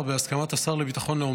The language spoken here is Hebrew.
בהסכמת השר לביטחון לאומי,